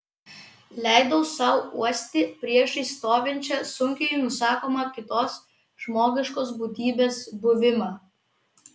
leidau sau uosti priešais stovinčią sunkiai nusakomą kitos žmogiškos būtybės buvimą